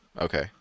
Okay